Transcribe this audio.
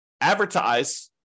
advertise